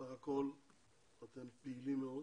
בסך הכול אתם פעילים מאוד